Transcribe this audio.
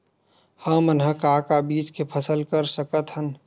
हमन ह का का बीज के फसल कर सकत हन?